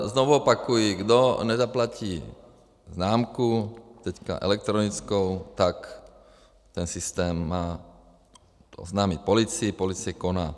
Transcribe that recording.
Znovu opakuji, kdo nezaplatí známku, teď elektronickou, tak ten systém má oznámit policii, policie koná.